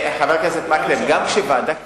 חבר הכנסת מקלב, גם כשוועדה קיימת,